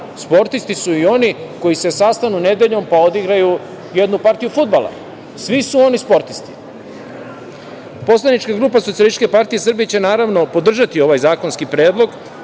sportisti su i oni koji se sastanu nedeljom, pa odigraju jednu partiju fudbala, svi su oni sportisti. Poslanička grupa Socijalističke partije Srbije će naravno podržati ovaj zakonski predlog.